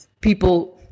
people